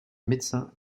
médecin